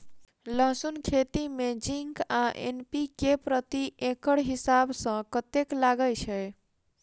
लहसून खेती मे जिंक आ एन.पी.के प्रति एकड़ हिसाब सँ कतेक लागै छै?